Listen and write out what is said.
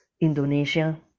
Indonesia